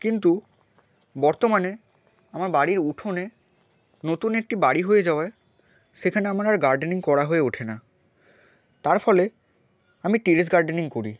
কিন্তু বর্তমানে আমার বাড়ির উঠোনে নতুন একটি বাড়ি হয়ে যাওয়ায় সেখানে আমার আর গার্ডেনিং করা হয়ে ওঠে না তার ফলে আমি টেরেস গার্ডেনিং করি